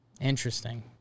Interesting